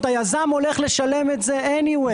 זאת אומרת, היזם הולך לשלם את זה בכל מקרה.